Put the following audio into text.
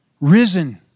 risen